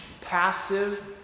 Passive